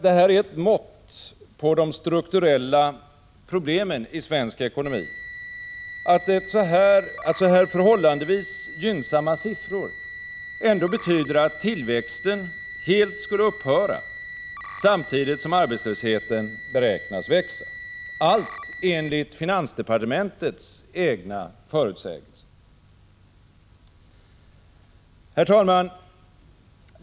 Det är ett mått på de strukturella problemen i svensk ekonomi att så här förhållandevis gynnsamma siffror ändå betyder att tillväxten helt skulle upphöra, samtidigt som arbetslösheten beräknas växa — allt enligt finansdepartementets egna förutsägelser. Herr talman!